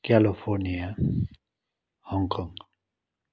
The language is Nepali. California Hong Kong